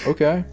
Okay